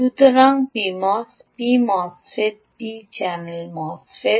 সুতরাং Pmos P MOSFET P channel MOSFET